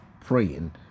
praying